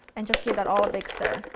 and just give that all a big stir.